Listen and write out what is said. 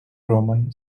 roman